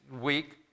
week